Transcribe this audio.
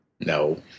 No